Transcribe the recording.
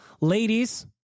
Ladies